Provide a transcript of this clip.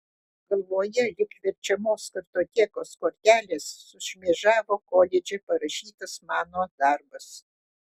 galvoje lyg verčiamos kartotekos kortelės sušmėžavo koledže parašytas mano darbas